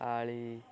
ଆଳି